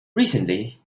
recently